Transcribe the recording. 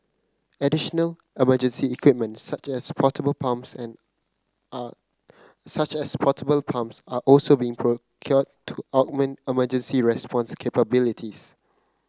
additional emergency equipment such as portable pumps and are such as portable pumps are also being procured to augment emergency response capabilities